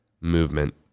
movement